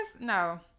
No